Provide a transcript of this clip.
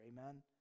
Amen